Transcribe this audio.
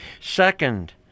Second